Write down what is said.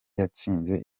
yatsinze